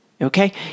Okay